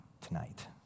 tonight